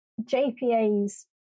JPA's